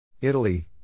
Italy